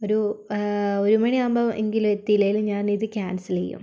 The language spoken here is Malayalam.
ഒരു ഒരു മണി ആകുമ്പോൾ എങ്കിലും എത്തിയില്ലെങ്കിൽ ഞാനിത് ക്യാൻസൽ ചെയ്യും